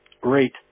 great